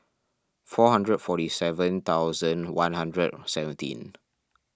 four hundred and forty seven thousand one hundred and seventeen